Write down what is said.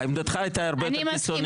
עמדתך הייתה הרבה יותר קיצונית.